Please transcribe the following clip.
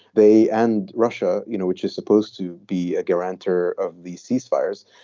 they and russia, you know which is supposed to be a guarantor of the ceasefires.